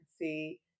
see